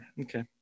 Okay